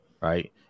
Right